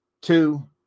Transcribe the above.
Two